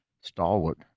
stalwart